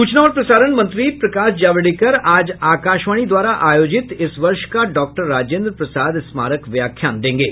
सूचना और प्रसारण मंत्री प्रकाश जावड़ेकर आज आकाशवाणी द्वारा आयोजित इस वर्ष का डॉक्टर राजेन्द्र प्रसाद स्मारक व्याख्यान देंगे